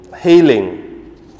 healing